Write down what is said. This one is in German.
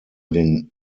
den